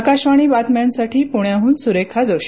आकाशवाणी बातम्यांसाठी प्ण्याहन सुरेखा जोशी